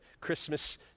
Christmas